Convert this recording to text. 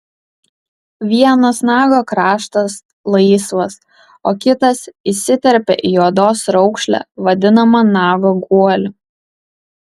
vienas nago kraštas laisvas o kitas įsiterpia į odos raukšlę vadinamą nago guoliu